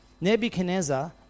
Nebuchadnezzar